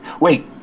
Wait